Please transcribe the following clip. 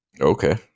Okay